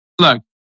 Look